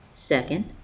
Second